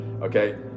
okay